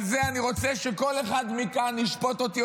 על זה אני רוצה שכל אחד מכאן ישפוט אותי,